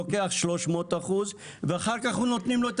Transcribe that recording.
לוקח 300 אחוז ואחר כך נותנים לו את